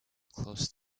close